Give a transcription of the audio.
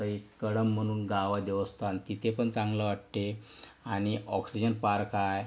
तर एक कळंब म्हणून गांव आहे देवस्थान तिथेपण चांगलं वाटते आणि ऑक्सिजन पार्क आहे